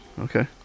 okay